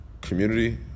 community